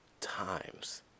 times